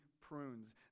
prunes